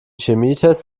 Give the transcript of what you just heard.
chemietest